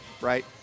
right